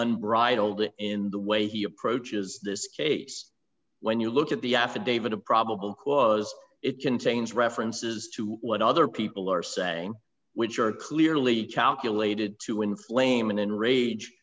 unbridled in the way he approaches this case when you look at the affidavit of probable cause it contains references to what other people are saying which are clearly calculated to inflame an enrage